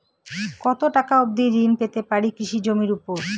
কত টাকা অবধি ঋণ পেতে পারি কৃষি জমির উপর?